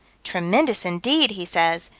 tremendous indeed! he says.